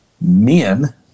men